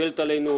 מוטלת עלינו,